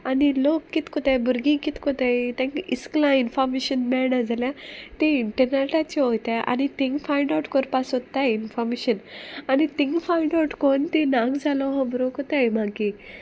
आनी लोक कित कोताय भुरगीं कित कोताय तेंकां इस्कलां इन्फोर्मेशन मेळना जाल्यार ती इंटरनॅटाच्यो वयताय आनी थिंग फायंड आवट करपा सोदताय इन्फोर्मेशन आनी थिंग फायंड आवट कोन्न ती नांग जालो होबरो कोताय मागी